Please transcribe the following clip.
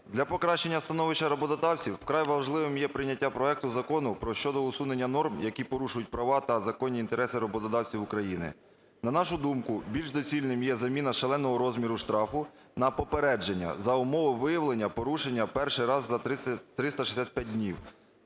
для покращення становища роботодавців вкрай важливим є прийняття проекту Закону щодо усунення норм, які порушують права та законні інтереси роботодавців України. На нашу думку, більш доцільним є заміна шаленого розміру штрафу на попередження за умови виявлення порушення перший раз за 365 днів.